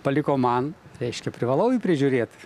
paliko man reiškia privalau jį prižiūrėt